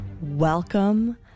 welcome